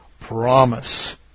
promise